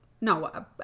no